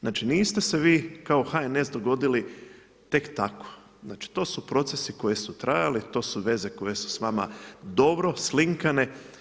Znači niste se vi kao HNS dogodili tek tako, to su procesi koji su trajali, to su veze koje su s vama dobro slinkane.